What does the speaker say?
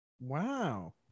wow